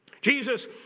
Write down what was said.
Jesus